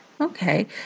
Okay